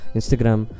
Instagram